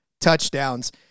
touchdowns